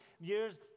years